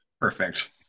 perfect